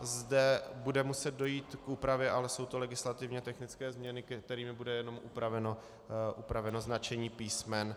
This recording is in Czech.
Zde bude muset dojít k úpravě, ale jsou to legislativně technické změny, ke kterým bude jenom upraveno značení písmen.